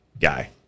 guy